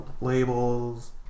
labels